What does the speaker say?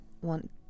Want